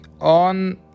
On